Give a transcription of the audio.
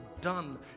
done